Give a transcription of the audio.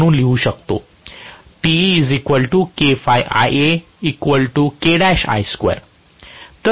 म्हणून लिहू शकतो